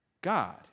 God